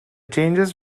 changes